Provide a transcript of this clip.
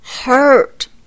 hurt